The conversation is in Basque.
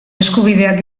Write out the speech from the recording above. eskubideak